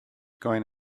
going